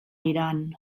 iran